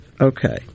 Okay